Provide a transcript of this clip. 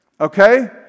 Okay